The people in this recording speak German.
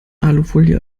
alufolie